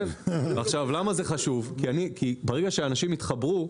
זה חשוב כי ברגע שאנשים יתחברו,